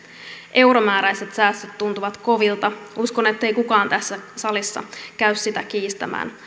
euromääräiset säästöt tuntuvat kovilta uskon ettei kukaan tässä salissa käy sitä kiistämään